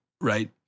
right